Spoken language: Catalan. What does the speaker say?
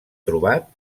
trobat